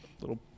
little